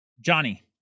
Johnny